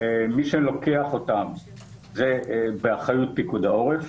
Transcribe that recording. מי שלוקח אותם זה באחריות פיקוד העורף.